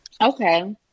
Okay